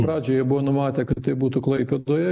pradžioj jie buvo numatę kad tai būtų klaipėdoje